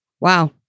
Wow